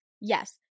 Yes